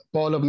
Paul